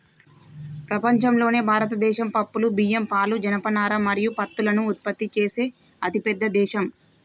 ప్రపంచంలోనే భారతదేశం పప్పులు, బియ్యం, పాలు, జనపనార మరియు పత్తులను ఉత్పత్తి చేసే అతిపెద్ద దేశం